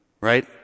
right